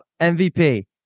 MVP